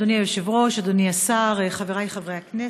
אדוני היושב-ראש, אדוני השר, חברי חברי הכנסת,